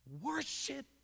Worship